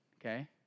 okay